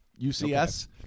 UCS